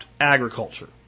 agriculture